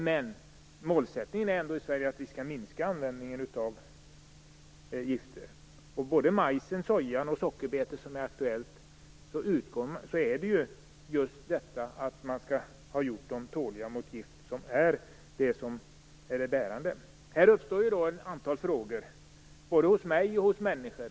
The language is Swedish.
Men målsättningen i Sverige är ändå att vi skall minska användningen av gifter. När det gäller majs, soja och sockerbetor - det är ju aktuellt nu - är det bärande just att man har gjort dem tåliga mot gift. Det uppstår då ett antal frågor, både hos mig och hos andra människor.